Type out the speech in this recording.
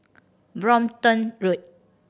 Brompton Road